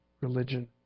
religion